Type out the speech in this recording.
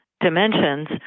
dimensions